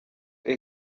aka